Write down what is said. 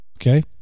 okay